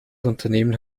unternehmen